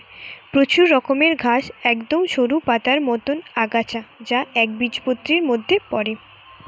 প্রচুর রকমের ঘাস একদম সরু পাতার মতন আগাছা যা একবীজপত্রীর মধ্যে পড়ে